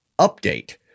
update